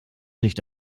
nicht